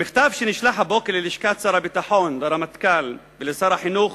במכתב שנשלח הבוקר ללשכת שר הביטחון והרמטכ"ל ולשר החינוך